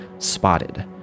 spotted